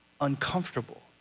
uncomfortable